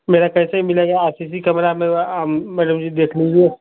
मेरा कैसे मिलेगा आप इसी कैमरा में मैडम जी देख लीजिये